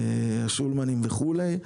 שולמנים וכולי,